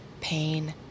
pain